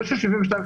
זה 72 שעות